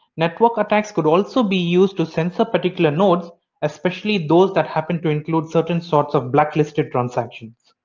network attacks could also be used to censor particular nodes especially those that happen to include certain sorts of blacklisted transactions.